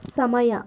ಸಮಯ